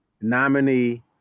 nominee